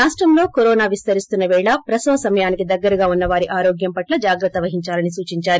రాష్టంలో కరోనా విస్తరిస్తున్న వేళ ప్రసవ సమయానికి దగ్గరగా ఉన్న వారి ఆరోగ్యం పట్ల జాగ్రత్త వహించాలని సూచించారు